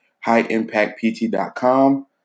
highimpactpt.com